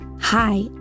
Hi